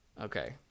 Okay